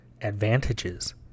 advantages